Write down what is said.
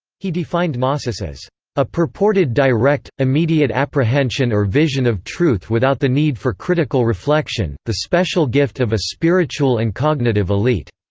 he defined gnosis as a purported direct, immediate apprehension or vision of truth without the need for critical reflection the special gift of a spiritual and cognitive elite.